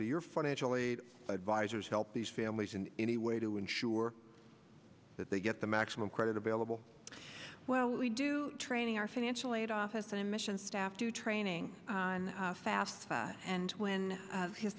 to your financial aid advisors help these families in any way to ensure that they get the maximum credit available well we do training our financial aid office to mission staff to training on fafsa and when his